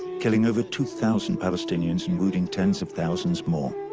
killing over two thousand palestinians and wounding tens of thousands more.